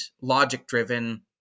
logic-driven